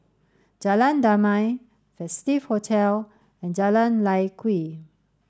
Jalan Damai Festive Hotel and Jalan Lye Kwee